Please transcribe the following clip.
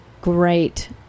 great